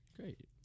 Great